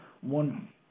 one